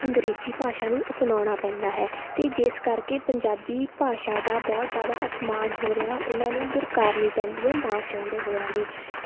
ਅੰਗਰੇਜ਼ੀ ਭਾਸ਼ਾ ਨੂੰ ਅਪਣਾਉਣਾ ਪੈਂਦਾ ਹੈ ਅਤੇ ਜਿਸ ਕਰਕੇ ਪੰਜਾਬੀ ਭਾਸ਼ਾ ਦਾ ਬਹੁਤ ਜ਼ਿਆਦਾ ਅਪਮਾਨ ਹੋ ਰਿਹਾ ਉਹਨਾਂ ਨੂੰ ਦੁਰਕਾਰਨੀ ਪੈਂਦੀ ਹੈ ਨਾ ਚਾਹੁੰਦੇ ਹੋਇਆਂ ਵੀ